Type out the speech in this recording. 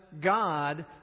God